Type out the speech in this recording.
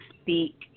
speak